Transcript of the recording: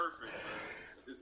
perfect